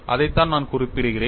இதைத்தான் நான் குறிப்பிடுகிறேன்